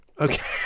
Okay